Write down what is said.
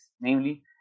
namely